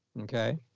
Okay